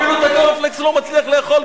אפילו את הקורנפלקס הוא לא מצליח לאכול,